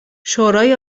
شورای